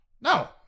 No